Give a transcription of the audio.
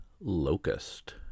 Locust